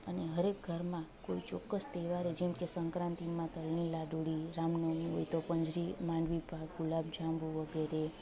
અને હરએક ઘરમાં કોઈ ચોક્કસ તહેવારે જેમ કે સંક્રાંતિમાં તલની લાડુળી રામ નવમી હોય તો પંજરી માંડવી ગુલાબજાંબુ વગેરે